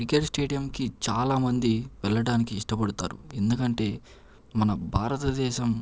cricket స్టేడియంకి చాలామంది వెళ్లడానికి ఇష్టపడతారు ఎందుకంటే మన భారతదేశం